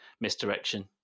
misdirection